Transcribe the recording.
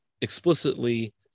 explicitly